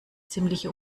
ziemliche